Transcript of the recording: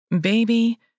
Baby